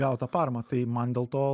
gautą paramą tai man dėl to